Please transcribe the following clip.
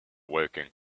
woking